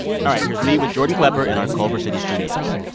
all right, here's me with jordan klepper in our culver city studios